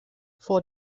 vor